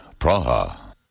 Praha